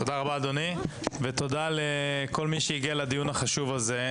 תודה רבה אדוני ותודה לכל מי שהגיע לדיון הזה.